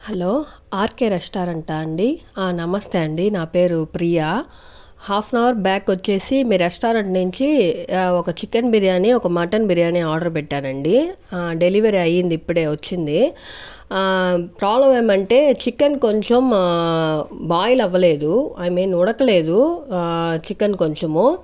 hello R K restaurant ఆ అండి నమస్తే అండి నా పేరు Priya half an hour back వచ్చేసి మీ రెస్టారెంట్ నుంచి ఒక చికెన్ బిర్యాని ఒక మటన్ బిర్యానీ ఆర్డర్ పెట్టానండి డెలివరీ అయింది ఇప్పుడే వచ్చింది ప్రాబ్లం ఏమంటే చికెన్ కొంచెం బాయిల్ అవ్వలేదు ఐ మీన్ ఉడకలేదు చికెన్ కొంచెము